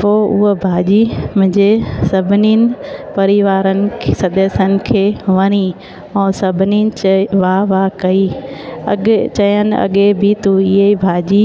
पोइ उहा भाॼी मुंहिंजे सभिनिनि परिवारनि सदस्यनि खे वणी ऐं सभिनी च वाह वाह कई अॻे चयनि अॻे बि तूं इहा भाॼी